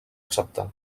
acceptar